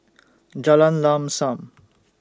Jalan Lam SAM